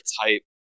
type